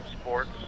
sports